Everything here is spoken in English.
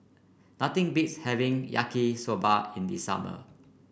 nothing beats having Yaki Soba in the summer